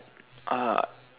uh